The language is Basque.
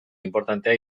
inportantea